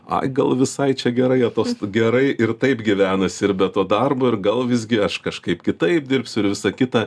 ai gal visai čia gerai atost gerai ir taip gyvenasi ir be to darbo ir gal visgi aš kažkaip kitaip dirbsiu ir visa kita